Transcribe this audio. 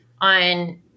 on